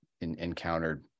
encountered